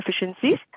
efficiencies